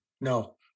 no